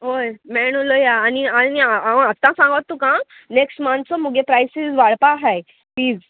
ओय मेळ उलया आनी आनी हांव आत्तां सांगात तुका नॅक्स्ट मंतचो मुगे प्रायसीस वाडपा हाय फीज